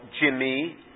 Jimmy